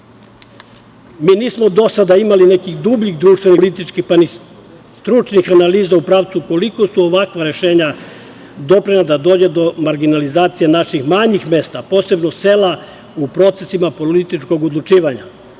nismo do sada imali nekih dubljih društvenih političkih pa ni stručnih analiza u pravcu, koliko su ovakva rešenja doprinela da dođe do marginalizacije naših manjih mesta, posebno sela u procesima političkog odlučivanja,